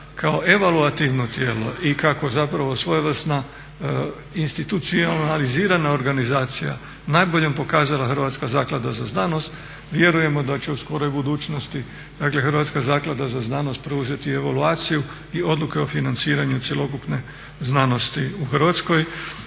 kao evaluativno tijelo i kao zapravo svojevrsna institucionalizirana organizacija najboljom pokazala Hrvatska zaklada za znanost, vjerujemo da će u skoroj budućnosti Hrvatska zaklada za znanost preuzeti evaluaciju i odluke o financiranju cjelokupne znanosti u Hrvatskoj.